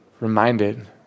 reminded